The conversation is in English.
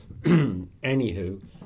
anywho